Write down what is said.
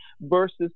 versus